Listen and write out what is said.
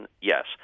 yes